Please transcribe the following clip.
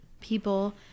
people